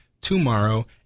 tomorrow